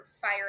fire